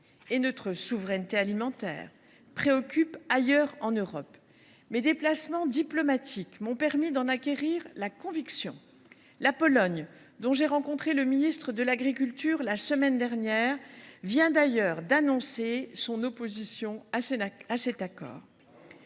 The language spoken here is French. et notre souveraineté alimentaire préoccupe ailleurs en Europe. Mes déplacements diplomatiques m’ont permis d’en acquérir la conviction. La Pologne – j’ai rencontré son ministre de l’agriculture la semaine dernière – vient d’ailleurs d’annoncer qu’elle s’opposait à cet accord.